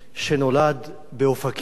שנולד באופקים